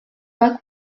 pas